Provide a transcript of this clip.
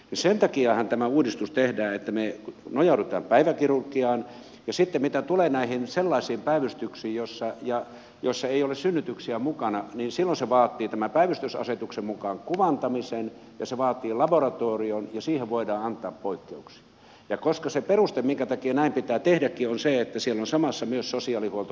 sen takiahan tämä uudistus tehdään että me nojaudumme päiväkirurgiaan ja sitten mitä tulee sellaisiin päivystyksiin joissa ei ole synnytyksiä mukana niin silloin se vaatii tämän päivystysasetuksen mukaan kuvantamisen ja se vaatii laboratorion ja siihen voidaan antaa poikkeuksia koska se peruste minkä takia näin pitää tehdäkin on se että siellä on samassa myös sosiaalihuolto poliisin toiminta ja nämä